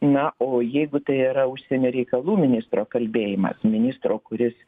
na o jeigu tai yra užsienio reikalų ministro kalbėjimas ministro kuris